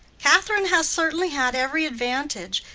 catherine has certainly had every advantage.